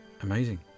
amazing